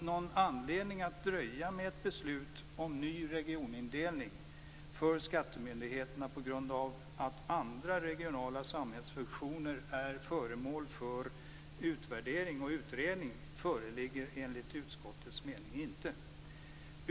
Någon anledning att dröja med ett beslut om en ny regionindelning för skattemyndigheterna på grund av att andra regionala samhällsfunktioner är föremål för utvärdering och utredning föreligger, enligt utskottets mening, inte.